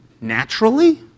naturally